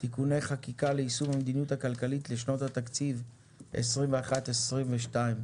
(תיקוני חקיקה ליישום המדיניות הכלכלית לשנות התקציב 2021 ו-2022).